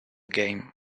game